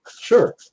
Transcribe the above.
sure